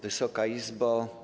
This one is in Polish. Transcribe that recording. Wysoka Izbo!